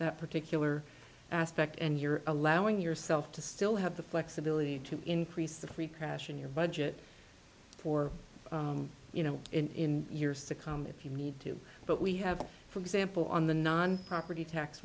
that particular aspect and you're allowing yourself to still have the flexibility to increase the pre crash in your budget for you know in years to come if you need to but we have for example on the non property tax